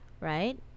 right